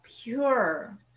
pure